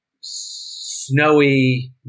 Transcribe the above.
snowy